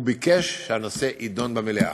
הוא ביקש שהנושא יידון במליאה.